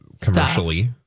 commercially